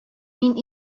мин